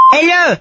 Hello